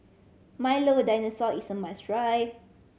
Milo Dinosaur is a must try